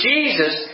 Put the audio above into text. Jesus